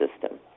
system